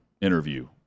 interview